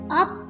up